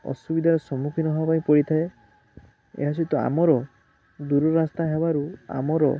ଅସୁବିଧା ସମ୍ମୁଖୀନ ହବାପାଇଁ ପଡ଼ିଥାଏ ଏହା ସହିତ ଆମର ଦୂର ରାସ୍ତା ହେବାରୁ ଆମର